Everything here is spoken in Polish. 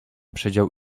przedział